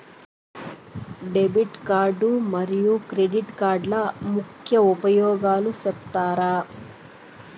Debit card మరియు credit కార్డుల ముఖ్య ఉపయోగాలు సెప్తారా?